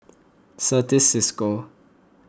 Certis Cisco